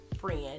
friend